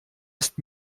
ist